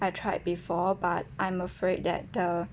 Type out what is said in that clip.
I tried before but I'm afraid that the